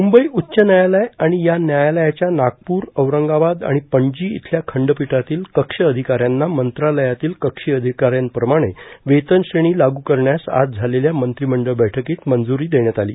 म्रंबई उच्च न्यायालय आणि या न्यायालयाच्या नागपूर औरंगाबाद आणि पणजी इथल्या खंडपीठातील कक्ष अधिकाऱ्यांना मंत्रालयातील कक्ष अधिकाऱ्यांप्रमाणे वेतनश्रेणी लागू करण्यास आज झालेल्या मंत्रिमंडळ बैठ्कीत मंजुरी देण्यात आली